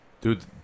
Dude